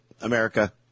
America